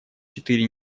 четыре